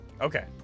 Okay